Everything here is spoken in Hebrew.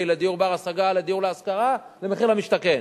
לדיור בר-השגה לדיור להשכרה ומחיר למשתכן.